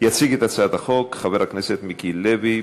יציג את הצעת החוק חבר הכנסת מיקי לוי.